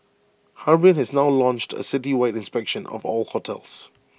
Harbin has now launched A citywide inspection of all hotels